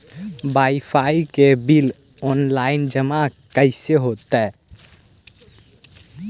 Wifi के bill online जमा कैसे होतै?